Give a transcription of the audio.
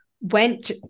went